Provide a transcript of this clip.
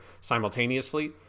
simultaneously